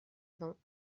vingts